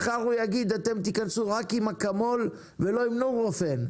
מחר הוא יגיד אתם תיכנסו רק עם אקמול ולא עם נורופן,